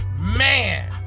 Man